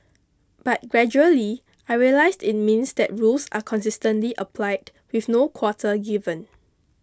but gradually I realised it means that rules are consistently applied with no quarter given